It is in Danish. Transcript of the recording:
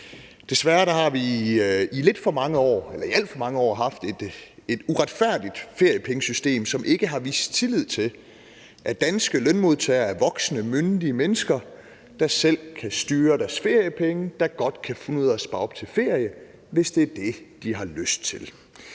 Desværre har vi i alt for mange år haft et uretfærdigt feriepengesystem, som ikke har haft tillid til, at danske lønmodtagere er voksne, myndige mennesker, der selv kan styre deres feriepenge og godt kan finde ud af at spare op til ferie, hvis det er det, de har lyst til.